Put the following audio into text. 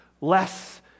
Less